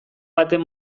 baten